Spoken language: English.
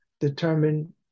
determine